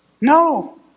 No